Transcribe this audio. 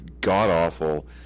god-awful